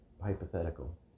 hypothetical